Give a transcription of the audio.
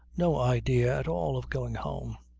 no idea at all of going home.